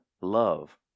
love